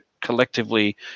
collectively